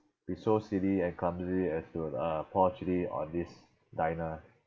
be so silly and clumsy as to uh pour chilli on this diner